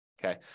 Okay